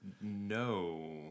no